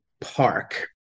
park